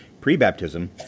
pre-baptism